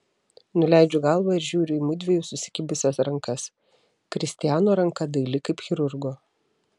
nuleidžiu galvą ir žiūriu į mudviejų susikibusias rankas kristiano ranka daili kaip chirurgo